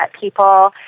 people